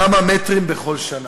כמה מטרים בכל שנה.